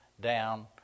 down